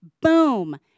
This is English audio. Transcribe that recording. boom